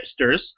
Hipsters